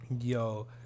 Yo